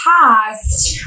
past